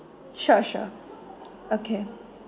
sure sure okay